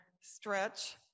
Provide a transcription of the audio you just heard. stretch